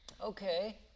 Okay